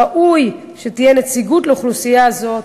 ראוי שתהיה נציגות לאוכלוסייה זאת,